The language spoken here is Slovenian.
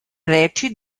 reči